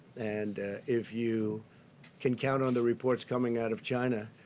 and if you can count on the reports coming out of china,